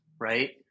Right